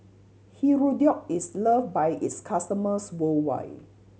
Hirudoid is loved by its customers worldwide